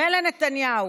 מילא נתניהו,